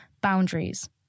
Boundaries